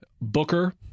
Booker